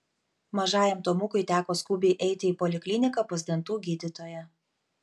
mažajam tomukui teko skubiai eiti į polikliniką pas dantų gydytoją